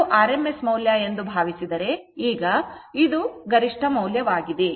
ಇದು rms ಮೌಲ್ಯ ಎಂದು ಭಾವಿಸಿದರೆ ಈಗ ಇದು ಗರಿಷ್ಠ ಮೌಲ್ಯವಾಗಿದೆ